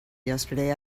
yesterday